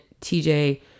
TJ